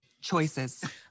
choices